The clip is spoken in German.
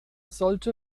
sollte